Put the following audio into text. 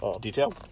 detail